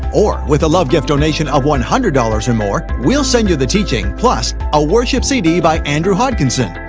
or, with a love gift donation of one hundred dollars or more, we'll send you the teaching, plus a worship cd by andrew hodkinson.